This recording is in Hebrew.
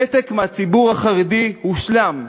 הנתק מהציבור החרדי הושלם,